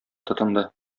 тотынды